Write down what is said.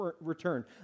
return